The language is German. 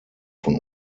von